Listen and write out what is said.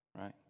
Right